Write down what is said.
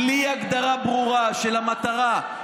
בלי הגדרה ברורה של המטרה,